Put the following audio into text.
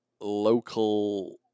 local